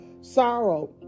sorrow